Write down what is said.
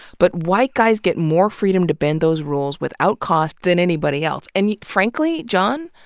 but white guys get more freedom to bend those rules without cost than anybody else. and frankly, john,